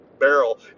barrel